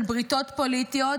של בריתות פוליטיות